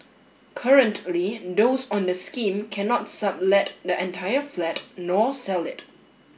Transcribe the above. currently those on the scheme cannot sublet the entire flat nor sell it